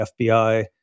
FBI